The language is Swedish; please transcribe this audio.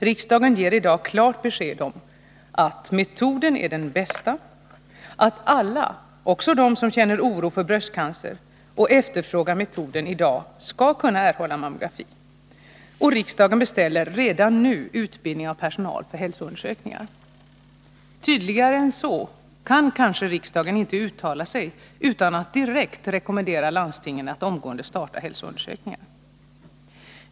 Riksdagen ger i dag klart besked om att metoden är den bästa och om att alla — också de som känner oro för bröstcancer — som efterfrågar metoden i dag, skall kunna erhålla mammografi. Riksdagen beställer redan nu utbildning av personal för hälsoundersökningar. Tydligare än så kan kanske riksdagen inte uttala sig utan att direkt rekommendera landstingen att omgående starta hälsoundersökningar.